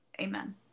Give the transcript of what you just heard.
Amen